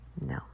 No